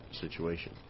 situation